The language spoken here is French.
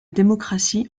démocratie